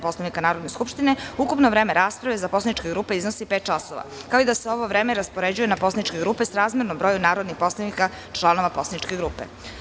Poslovnika Narodne skupštine, ukupno vreme rasprave za poslaničke grupe iznosi pet časova, kao ida se ovo vreme raspoređuje na poslaničke grupe srazmerno broju narodnih poslanika članova poslaničke grupe.